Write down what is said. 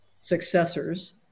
successors